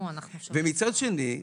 ומצד שני,